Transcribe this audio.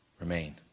remain